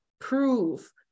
prove